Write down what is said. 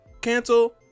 cancel